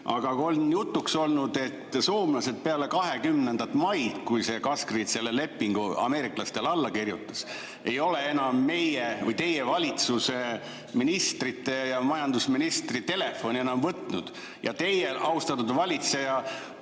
aga on jutuks olnud, et soomlased peale 20. maid, kui Gasgrid selle lepingu ameeriklastega alla kirjutas, ei ole meie või teie valitsuse ministrite ja majandusministri telefoni [nad] enam [vastu] võtnud. Ja teie, austatud valitseja,